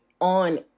on